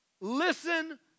Listen